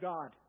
God